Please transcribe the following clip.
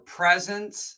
presence